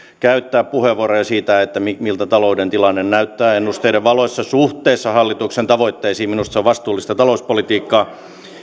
käyttää puheenvuoroja siitä miltä talouden tilanne näyttää ennusteiden valossa suhteessa hallituksen tavoitteisiin minusta se on vastuullista talouspolitiikkaa